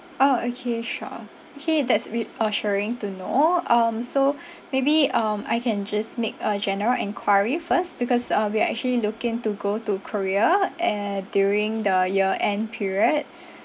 orh okay sure okay that's reassuring to know um so maybe um I can just make a general enquiry first because uh we are actually looking to go to korea eh during the year end period